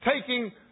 taking